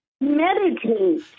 Meditate